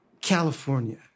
California